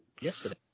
Yesterday